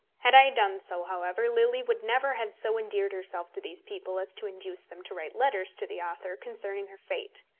had i done so, however, lily would never have so endeared herself to these people as to induce them to write letters to the author concerning her fate.